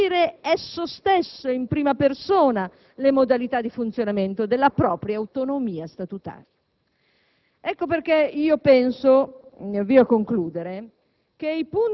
a definire esso stesso, in prima persona, le modalità di funzionamento della propria autonomia statutaria. Ecco perché penso, in conclusione,